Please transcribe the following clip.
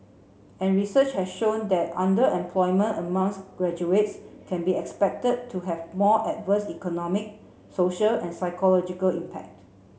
and research has shown that underemployment amongst graduates can be expected to have more adverse economic social and psychological impact